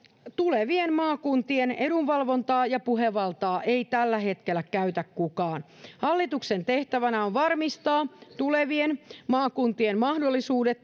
tulevien maakuntien edunvalvontaa ja puhevaltaa ei tällä hetkellä käytä kukaan hallituksen tehtävänä on varmistaa tulevien maakuntien mahdollisuudet